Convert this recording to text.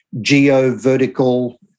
geo-vertical